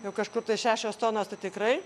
jau kažkur tai šešios tonos tai tikrai